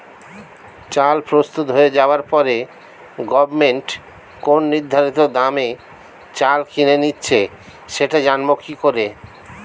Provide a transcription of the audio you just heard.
চাল প্রস্তুত হয়ে যাবার পরে গভমেন্ট কোন নির্ধারিত দামে চাল কিনে নিচ্ছে সেটা জানবো কি করে?